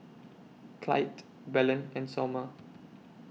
Clytie Belen and Somer